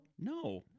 No